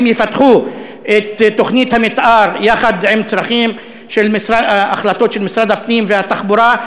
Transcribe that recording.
אם יפתחו את תוכנית המתאר יחד עם החלטות של משרד הפנים והתחבורה,